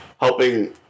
helping